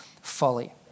folly